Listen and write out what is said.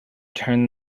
turn